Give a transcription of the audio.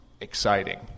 exciting